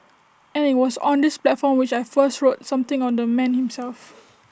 and IT was on this platform which I first wrote something on the man himself